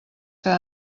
que